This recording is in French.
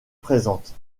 présente